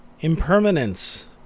Impermanence